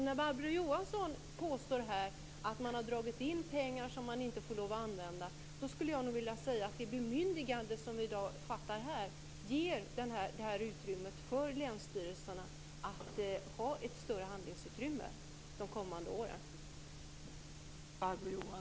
När Barbro Johansson påstår att man har dragit in pengar som man inte får lov att använda skulle jag nog vilja säga att det bemyndigande som vi i dag fattar beslut om ger länsstyrelserna det här större handlingsutrymmet de kommande åren.